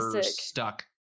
stuck